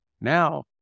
now